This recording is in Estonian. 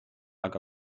aga